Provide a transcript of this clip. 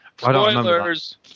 Spoilers